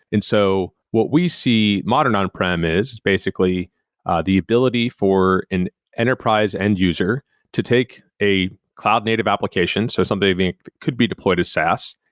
and so what we see modern on-prem is basically the ability for an enterprise end user to take a cloud native application, so something that could be deployed as saas,